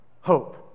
hope